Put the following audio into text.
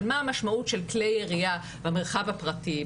של מה המשמעות של כלי ירייה במרחב הפרטי,